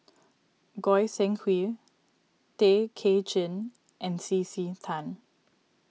Goi Seng Hui Tay Kay Chin and C C Tan